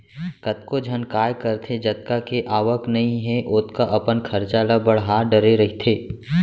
कतको झन काय करथे जतका के आवक नइ हे ओतका अपन खरचा ल बड़हा डरे रहिथे